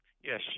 Yes